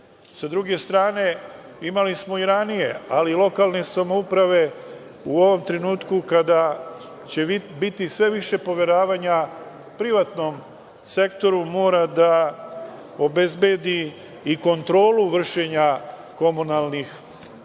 Sa druge strane, imali smo i ranije, ali lokalne samouprave u ovom trenutku, kada će biti sve više poveravanja privatnom sektoru, moraju da obezbede i kontrolu vršenja komunalnih usluga,